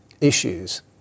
issues